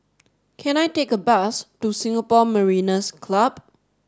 can I take a bus to Singapore Mariners' Club